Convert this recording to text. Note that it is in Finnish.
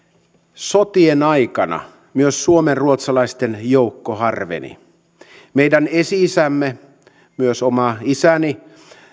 sotien aikana myös suomenruotsalaisten joukko harveni meidän esi isämme myös oma isäni